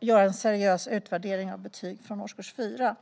göra en seriös utvärdering av betyg från årskurs 4.